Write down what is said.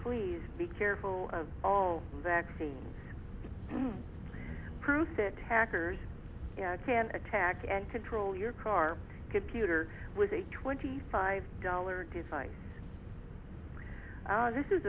please be careful of all vaccines proved that hackers can attack and control your car computer with a twenty five dollar device this is